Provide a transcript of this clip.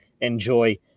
enjoy